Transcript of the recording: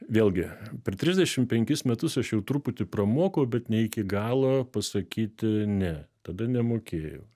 vėlgi per trisdešimt penkis metus aš jau truputį pramokau bet ne iki galo pasakyti ne tada nemokėjau